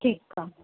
ठीकु आहे